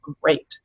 great